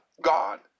God